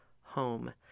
home